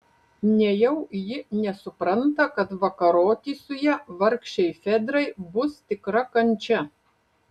nejau ji nesupranta kad vakaroti su ja vargšei fedrai bus tikra kančia